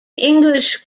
english